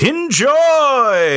Enjoy